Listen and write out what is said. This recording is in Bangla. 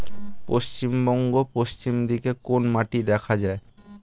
পশ্চিমবঙ্গ পশ্চিম দিকে কোন মাটি দেখা যায়?